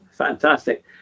Fantastic